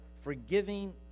forgiving